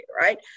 right